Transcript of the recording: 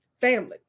Family